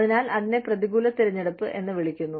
അതിനാൽ അതിനെ പ്രതികൂല തിരഞ്ഞെടുപ്പ് എന്ന് വിളിക്കുന്നു